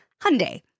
Hyundai